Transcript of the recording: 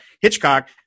Hitchcock